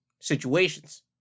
situations